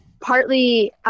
partly